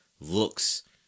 looks